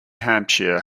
hampshire